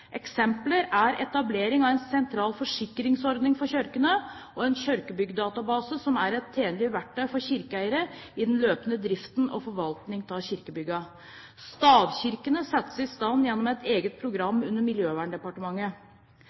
Eksempler er etablering av en sentral forsikringsordning for kirkene og en kirkebyggdatabase, som er et tjenlig verktøy for kirkeeiere i den løpende drift og forvaltning av kirkebyggene. Stavkirkene settes i stand gjennom et eget program under Miljøverndepartementet.